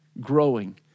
growing